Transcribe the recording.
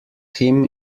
him